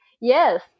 Yes